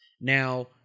Now